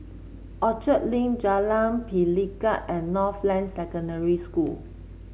Orchard Link Jalan Pelikat and Northland Secondary School